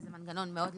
זה מנגנון לא גמיש,